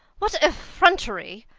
what effrontery!